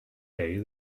day